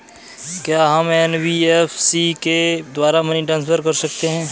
क्या हम एन.बी.एफ.सी के द्वारा मनी ट्रांसफर कर सकते हैं?